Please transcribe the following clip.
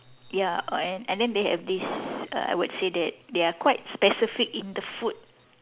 ya and and then they have this err I would say that they are quite specific in the food